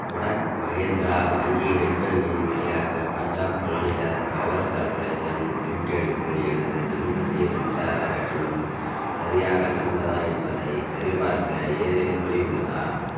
கோடக் மஹேந்திரா வங்கி net banking வழியாக பஞ்சாப் மாநில பவர் கார்ப்பரேஷன் லிமிட்டெடுக்கு எனது சமீபத்திய மின்சார கட்டணம் சரியாக நடந்ததா என்பதை சரிபார்க்க ஏதேனும் வழி உள்ளதா